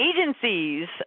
agencies